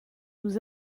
nous